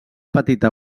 petita